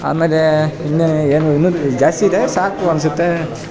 ಆಮೇಲೆ ಇನ್ನು ಏನು ಇನ್ನು ಜಾಸ್ತಿ ಇದೆ ಸಾಕು ಅನಿಸುತ್ತೆ